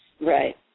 Right